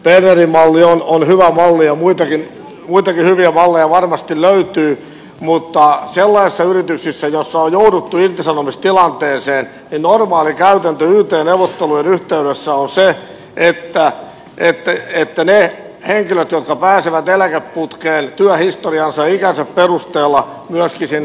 bernerin malli on hyvä malli ja muitakin hyviä malleja varmasti löytyy mutta sellaisissa yrityksissä joissa on jouduttu irtisanomistilanteeseen normaalikäytäntö yt neuvottelujen yhteydessä on se että ne henkilöt jotka pääsevät eläkeputkeen työhistoriansa ja ikänsä perusteella myöskin sinne ajetaan